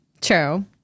true